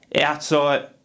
outside